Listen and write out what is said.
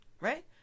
right